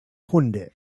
hunde